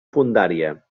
fondària